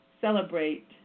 celebrate